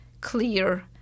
clear